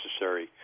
necessary